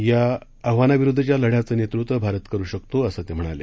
या आव्हानांविरुद्धच्या लढ्याचं नेतृत्व भारत करु शकतो असं ते म्हणाले